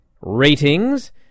ratings